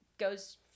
goes